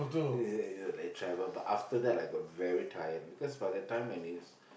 yeah yeah like travel but after that I got very tired because by the time when it's